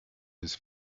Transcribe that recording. his